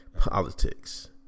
politics